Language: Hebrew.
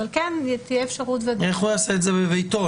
אבל כן תהיה אפשרות --- איך הוא יעשה את זה בביתו?